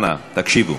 אנא תקשיבו.